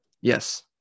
Yes